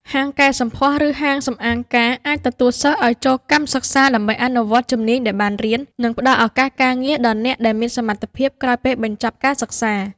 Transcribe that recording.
ហាងកែសម្ផស្ស ឬហាងសម្អាងការអាចទទួលសិស្សឱ្យចូលកម្មសិក្សាដើម្បីអនុវត្តជំនាញដែលបានរៀន និងផ្តល់ឱកាសការងារដល់អ្នកដែលមានសមត្ថភាពក្រោយពេលបញ្ចប់ការសិក្សា។